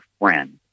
friend